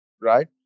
right